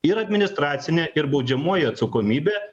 ir administracinė ir baudžiamoji atsakomybė